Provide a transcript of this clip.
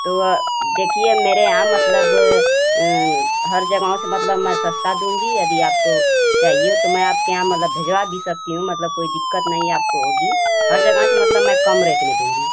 तो अ देखिए मेरे यहाँ मतलब हर जगह से मतलब सस्ता दूँगी आयडी आपको चाहिए तो मै आपके यहाँ भिजवा भी सकती हूँ मतलब कोई दिक्कत नहीं आपको होगी मतलब मैं कम रेट में दूँगी